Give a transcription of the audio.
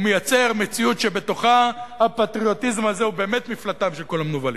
הוא מייצר מציאות שבה הפטריוטיזם הזה הוא באמת מפלטם של כל המנוולים,